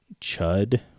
chud